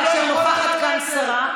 כאשר נוכחת כאן שרה,